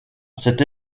cette